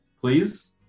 Please